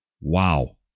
Wow